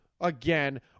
again